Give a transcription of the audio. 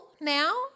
now